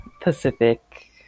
Pacific